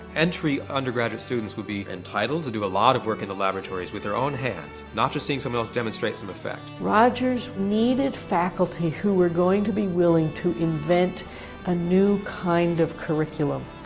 entry undergraduate students would be entitled to do a lot of work in the laboratories with their own hands, not just seeing someone else demonstrate some effect. rogers needed faculty who were going to be willing to invent a new kind of curriculum.